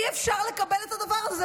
אי-אפשר לקבל את הדבר הזה.